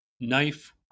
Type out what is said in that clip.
knife